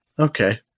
Okay